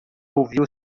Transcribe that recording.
ouviu